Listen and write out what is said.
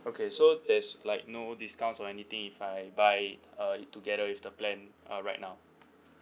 okay so there's like no discounts or anything if I buy it uh together with the plan uh right now